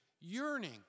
yearning